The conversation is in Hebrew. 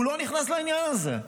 הוא לא נכנס לעניין הזה.